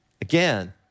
Again